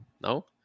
No